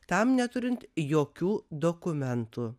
tam neturint jokių dokumentų